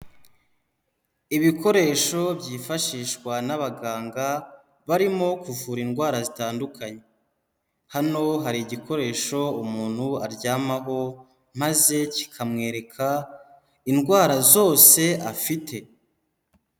Ibikoresho byifashishwa n'abaganga barimo kuvura indwara zitandukanye, hano hari igikoresho umuntu aryamaho maze kikamwereka indwara zose afite.